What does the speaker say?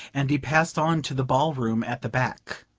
and he passed on to the ballroom at the back.